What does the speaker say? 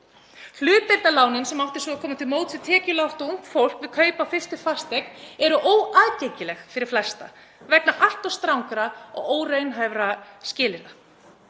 Hlutdeildarlánin sem áttu svo að koma til móts við tekjulágt ungt fólk við kaup á fyrstu fasteign eru óaðgengileg fyrir flesta vegna allt of strangra og óraunhæfra skilyrða.